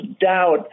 doubt